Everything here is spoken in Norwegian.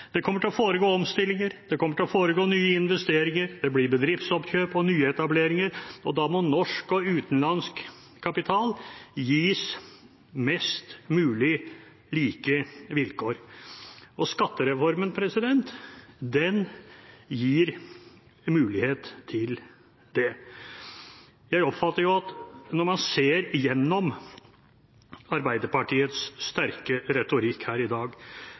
Det kommer til å foregå omstillinger. Det kommer til å foregå nye investeringer. Det blir bedriftsoppkjøp og nyetableringer. Da må norsk og utenlandsk kapital gis mest mulig like vilkår. Skattereformen gir mulighet til det. Jeg oppfatter at når man ser gjennom Arbeiderpartiets sterke retorikk her i dag,